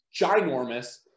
ginormous